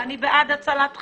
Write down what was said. ואני בעד הצלת חיים,